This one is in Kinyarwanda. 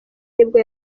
nibwo